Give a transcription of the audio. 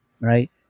right